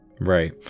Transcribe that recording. right